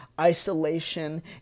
isolation